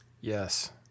Yes